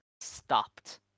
stopped